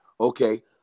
Okay